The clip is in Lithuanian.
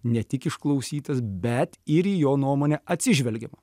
ne tik išklausytas bet ir į jo nuomonę atsižvelgiama